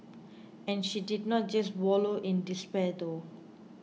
and she did not just wallow in despair though